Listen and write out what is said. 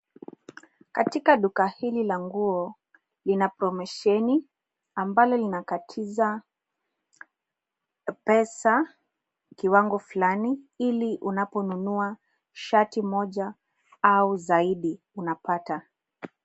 Katika duka hili la nguo lina promesheni ambalo linakatiza pesa kiwango fulani ili unaponunua shati moja au zaidi unapata.